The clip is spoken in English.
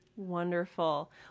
Wonderful